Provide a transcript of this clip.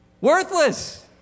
Worthless